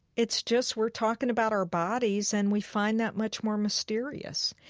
it's just we're talking about our bodies and we find that much more mysterious.